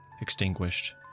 Extinguished